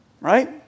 Right